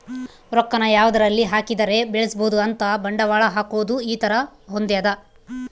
ರೊಕ್ಕ ನ ಯಾವದರಲ್ಲಿ ಹಾಕಿದರೆ ಬೆಳ್ಸ್ಬೊದು ಅಂತ ಬಂಡವಾಳ ಹಾಕೋದು ಈ ತರ ಹೊಂದ್ಯದ